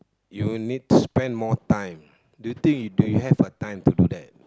you need spend more time do you think do you have the time to do that